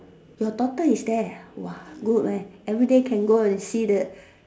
your daughter is there ah !wah! good leh everyday can go and see the